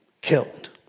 killed